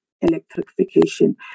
electrification